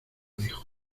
dijo